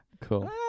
Cool